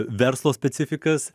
verslo specifikas